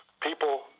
People